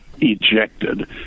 ejected